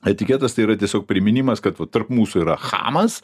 etiketas tai yra tiesiog priminimas kad va tarp mūsų yra chamas